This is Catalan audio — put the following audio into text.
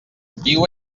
viu